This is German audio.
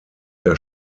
der